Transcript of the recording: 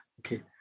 Okay